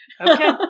Okay